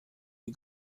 sie